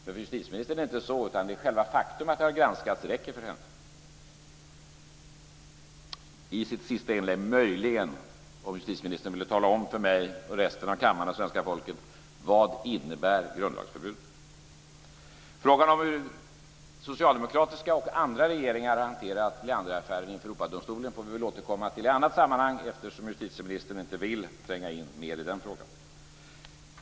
Enligt justitieministern är det inte så, utan för henne räcker själva faktum att det har granskats. Kan justitieministern i sitt sista inlägg möjligen tala om för mig, resten av kammaren och svenska folket vad grundlagsförbudet innebär? Frågan om hur socialdemokratiska och andra regeringar har hanterat Leanderaffären inför Europadomstolen får vi väl återkomma till i annat sammanhang, eftersom justitieministern inte vill tränga in djupare i frågan.